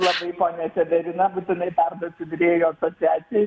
labai ponia severina būtinai perduosiu virėjų asociacijai